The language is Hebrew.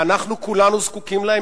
ואנחנו כולנו זקוקים להם,